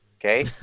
Okay